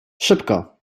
szybko